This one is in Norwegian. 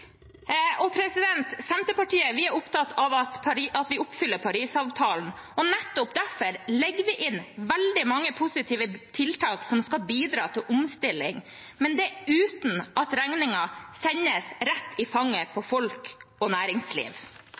er opptatt av at vi oppfyller Parisavtalen. Nettopp derfor legger vi inn veldig mange positive tiltak som skal bidra til omstilling, men det uten at regningen sendes rett i fanget på folk og næringsliv.